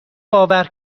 باور